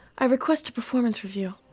i request a performance review.